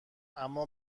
اما